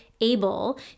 able